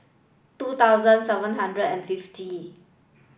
two thousand seven hundred and fifty